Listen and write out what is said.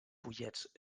pollets